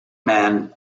men